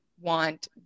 want